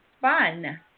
fun